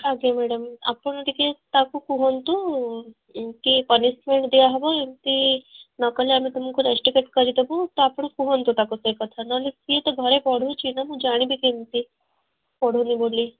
ଆଜ୍ଞା ମ୍ୟାଡ଼ାମ୍ ଆପଣ ଟିକେ ତାକୁ କୁହନ୍ତୁ କି ପନିସ୍ମେଣ୍ଟ ଦିଆହେବ ଏମତି ନକଲେ ଆମେ ତମକୁ ରଷ୍ଟିକେଟ୍ କରିଦେବୁ ତ ଆପଣ କୁହନ୍ତୁ ତାକୁ ସେ କଥା ନହେଲେ ସିଏ ତ ଘରେ ପଢ଼ୁଛିନା ମୁଁ ଜାଣିବି କେମତି ପଢ଼ୁନି ବୋଲି